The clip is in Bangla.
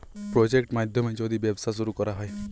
প্রজেক্ট মাধ্যমে যদি ব্যবসা শুরু করা হয়